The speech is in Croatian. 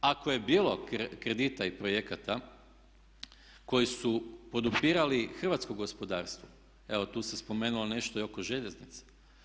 Ako je bilo kredita i projekata koji su podupirali hrvatsko gospodarstvo, evo tu se spomenulo nešto i oko željeznica.